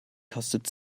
kostet